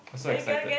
I so excited